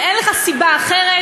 ואין לך סיבה אחרת,